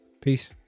peace